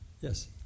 Yes